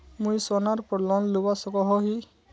मुई सोनार पोर लोन लुबा सकोहो ही?